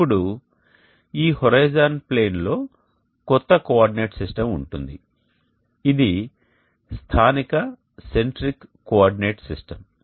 ఇప్పుడు ఈ హోరిజోన్ ప్లేన్లో కొత్త కోఆర్డినేట్ సిస్టమ్ ఉంటుంది ఇది స్థానిక సెంట్రిక్ కోఆర్డినేట్ సిస్టమ్